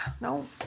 No